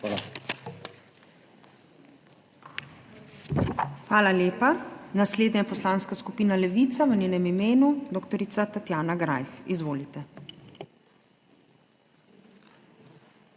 Hvala lepa. Naslednja je Poslanska skupina Levica, v njenem imenu doktorica Tatjana Greif. Izvolite. DR.